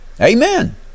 Amen